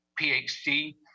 PhD